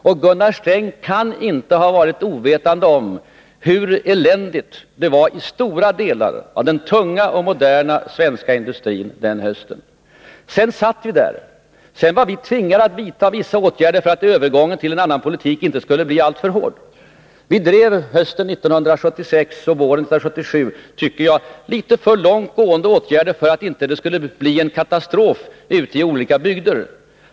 Och Gunnar Sträng kan inte ha varit ovetande om hur eländigt det var i stora delar av den tunga och moderna svenska industrin den hösten. Sedan satt vi där och var tvingade att vidta vissa åtgärder för att övergången till en annan politik inte skulle bli alltför hård. Hösten 1976 och våren 1977 drev vi, tycker jag, litet för långt gående åtgärder för att det inte skulle bli katastrof ute i olika bygder.